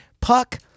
Puck